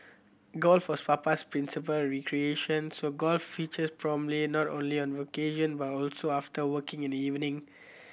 golf was Papa's principal recreation so golf featured prominently not only on vacation but also after work in the evening